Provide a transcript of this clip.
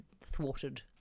thwarted